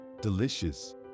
delicious